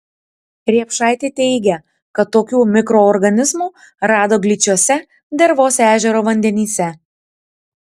riepšaitė teigia kad tokių mikroorganizmų rado gličiuose dervos ežero vandenyse